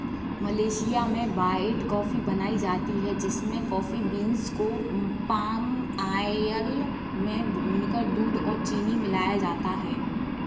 Malaysia में white coffee बनाई जाती है जिसमें कॉफी बींस को पाम आयल में भूनकर दूध और चीनी मिलाया जाता है